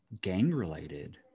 gang-related